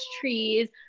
trees